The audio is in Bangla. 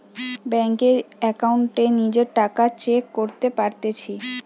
বেংকের একাউন্টে নিজের টাকা চেক করতে পারতেছি